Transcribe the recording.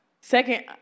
Second